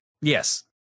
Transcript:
yes